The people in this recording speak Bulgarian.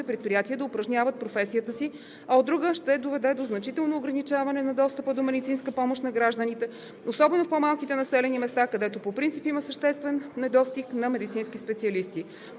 предприятия, да упражняват професията си, а от друга, ще доведе до значително ограничаване на достъпа до медицинска помощ на гражданите, особено в по-малките населени места, където по принцип има съществен недостиг на медицински специалисти.